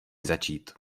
začít